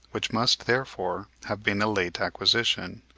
which must therefore have been a late acquisition.